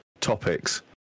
topics